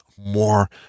more